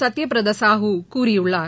சத்யபிரதா சாஹூ கூறியுள்ளார்